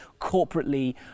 corporately